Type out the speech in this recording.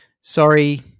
sorry